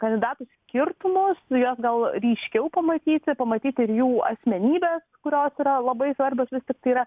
kandidatų skirtumus nu juos gal ryškiau pamatyti pamatyti ir jų asmenybes kurios yra labai svarbios vis tiktai yra